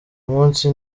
munsi